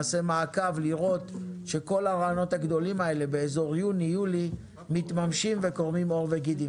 נעשה מעקב לראות שכל הרעיונות הגדולים האלה מתממשים וקורמים עור וגידים.